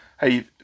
Hey